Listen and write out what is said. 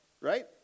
right